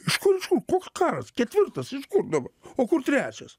iš kur iš kur koks karas ketvirtas iš kur dabar o kur trečias